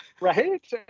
right